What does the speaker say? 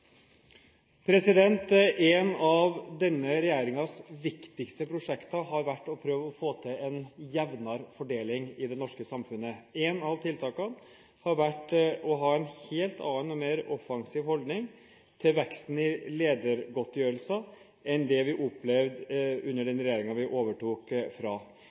En av denne regjeringens viktigste prosjekter har vært å prøve å få til en jevnere fordeling i det norske samfunnet. Et av tiltakene har vært å ha en helt annen og mer offensiv holdning til veksten i ledergodtgjørelser enn det vi opplevde under den regjeringen vi overtok